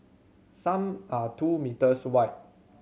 some are two meters wide